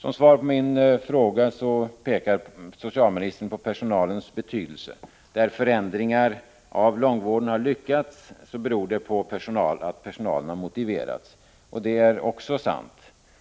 Som svar på min fråga pekar socialministern på personalens betydelse; där förändringar av långvården har lyckats beror det på att personalen har motiverats. Det är också sant.